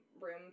room